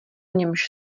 němž